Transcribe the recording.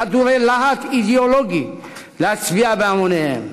חדורי להט אידיאולוגי, להצביע בהמוניהם.